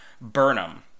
Burnham